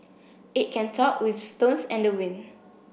it can talk with stones and the wind